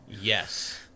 Yes